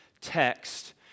text